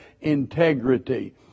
integrity